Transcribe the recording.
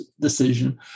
decision